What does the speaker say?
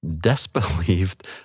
disbelieved